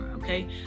Okay